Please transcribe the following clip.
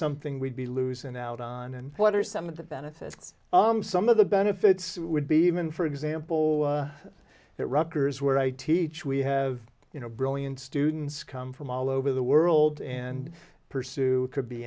something we'd be losing out on and what are some of the benefits some of the benefits would be even for example that rutgers where i teach we have you know brilliant students come from all over the world and pursue could be